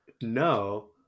No